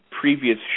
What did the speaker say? previous